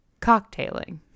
cocktailing